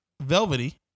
velvety